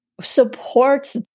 supports